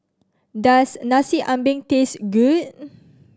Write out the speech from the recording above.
does Nasi Ambeng taste good